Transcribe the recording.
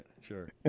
Sure